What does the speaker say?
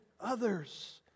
others